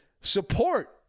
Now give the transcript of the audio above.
support